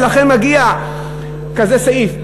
ולכן מגיע כזה סעיף.